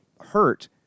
hurt